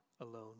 alone